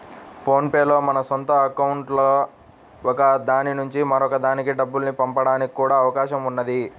phone pay లో మన సొంత అకౌంట్లలో ఒక దాని నుంచి మరొక దానికి డబ్బుల్ని పంపడానికి కూడా అవకాశం ఉన్నది